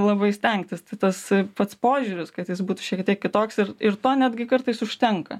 labai stengtis tas pats požiūris kad jis būtų šiek tiek kitoks ir ir to netgi kartais užtenka